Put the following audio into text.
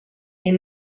est